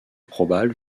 probable